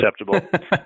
acceptable